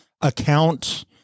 account